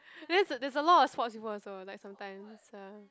then there's there's a lot of sports peoples also like sometimes ya